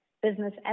business